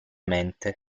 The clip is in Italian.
mente